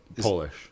Polish